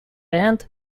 end